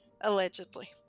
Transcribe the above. allegedly